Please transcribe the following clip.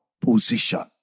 position